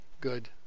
good